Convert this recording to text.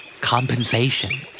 Compensation